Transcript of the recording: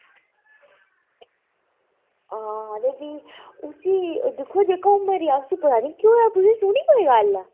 ते आं भी उसी दिक्खो आं जेह्के उसी पता निं केह् होआ तुसें सुनी कोई गल्ल